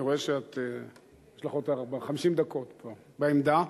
אני רואה שאת כבר 50 דקות בעמדה.